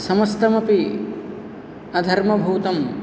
समस्तमपि अधर्मभूतं